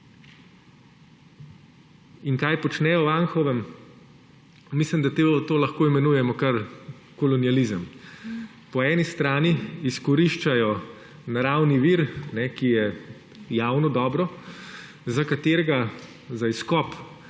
In kaj počnejo v Anhovem? Mislim, da to lahko imenujemo kar kolonializem. Po eni strani izkoriščajo naravni vir, ki je javno dobro, za katerega za izkop